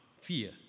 fear